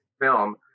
film